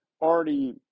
already